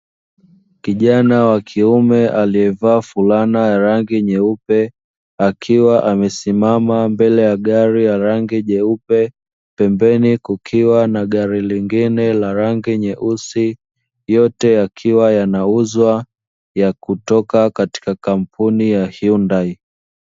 Kijana wa kiume aliyevaa fulana ya rangi nyeupe, akiwa amesimama mbele ya gari ya rangi nyeupe, pembeni kukiwa na gari lingine la rangi nyeusi, yote yakiwa yanauzwa ya kutoka katika kampuni ya "HYUDAI".